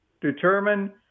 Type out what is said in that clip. determine